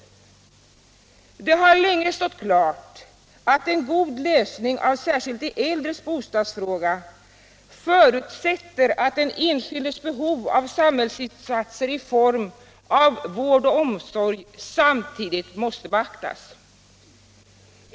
Det har länge stått klart att en god lösning av särskilt de äldres bostadsfråga förutsätter att den enskildes behov av samhällsinsatser i form av vård och omsorg beaktas.